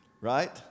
right